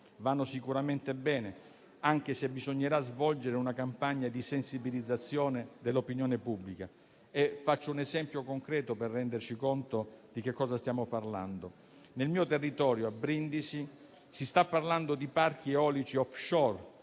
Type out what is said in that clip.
vanno sicuramente bene, anche se bisognerà svolgere una campagna di sensibilizzazione dell'opinione pubblica. Faccio un esempio concreto per renderci conto di che cosa stiamo parlando: nel mio territorio, a Brindisi, si sta parlando di parchi eolici *offshore*,